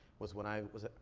was when i was,